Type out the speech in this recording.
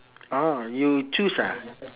oh you choose ah